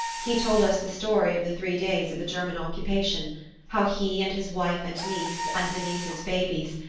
he told us the story of the three days of the german occupation how he and his wife and niece, and the niece's babies,